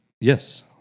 Yes